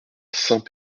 saint